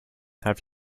have